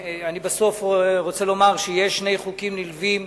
בסוף אני רוצה לומר שהונחו על שולחן הכנסת שני חוקים נלווים